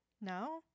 No